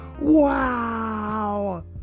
wow